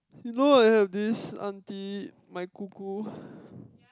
you know I have this auntie my gugu